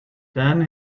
then